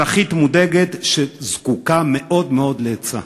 אזרחית מודאגת שזקוקה מאוד מאוד לעצה.